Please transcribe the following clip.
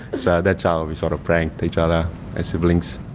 so that's how we sort of pranked each other as siblings.